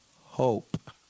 hope